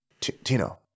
Tino